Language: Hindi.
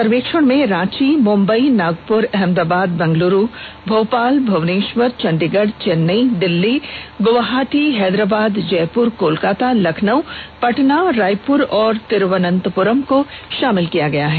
सर्वेक्षण में रांची मुंबई नागपुर अहमदाबाद बेंगलुरु भोपाल भुवनेश्वर चंडीगढ़ चेन्नई दिल्ली गुवाहाटी हैदराबाद जयपुर कोलकाता लखनऊ पटना रायपुर और तिरुवनंतपुरम को शामिल किया गया है